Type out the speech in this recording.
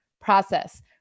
process